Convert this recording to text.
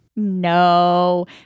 No